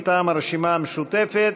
מטעם הרשימה המשותפת.